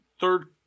third